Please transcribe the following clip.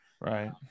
Right